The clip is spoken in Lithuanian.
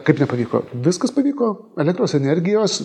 kaip nepavyko viskas pavyko elektros energijos